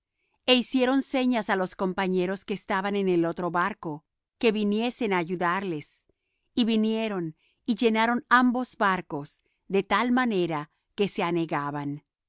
e hicieron señas á los compañeros que estaban en el otro barco que viniesen á ayudarles y vinieron y llenaron ambos barcos de tal manera que se anegaban lo